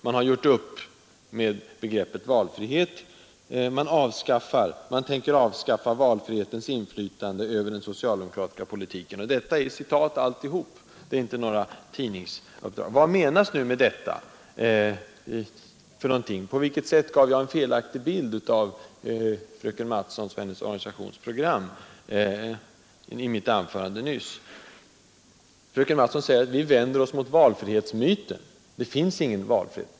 Man tänker avskaffa valfrihetens inflytande över den socialdemokratiska politiken. Allt detta är citat. Det är inte några tidningsre Vad menas nu med detta? På vilket sätt gav jag i mitt anförande nyss en felaktig bild av fröken Mattsons organisations program? Fröken Mattson säger: Vi vänder oss mot valfrihetsmyten; det finns ingen valfrihet.